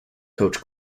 coach